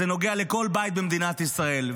זה נוגע לכל בית במדינת ישראל.